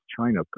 China